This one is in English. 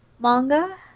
manga